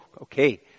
okay